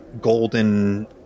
golden